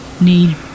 need